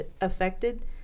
affected